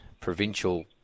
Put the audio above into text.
provincial